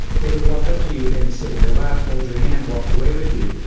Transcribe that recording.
they would walk up to you and sit on your lap, hold your hand, walk away with you,